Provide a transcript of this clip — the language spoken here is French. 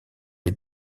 les